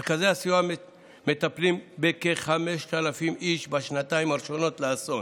מרכזי הסיוע מטפלים בכ-5,000 איש בשנתיים הראשונות לאסון,